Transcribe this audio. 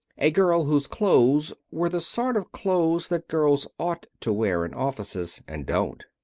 a girl whose clothes were the sort of clothes that girls ought to wear in offices, and don't.